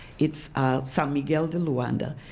it's san miguel de luanda,